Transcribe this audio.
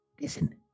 Listen